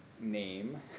name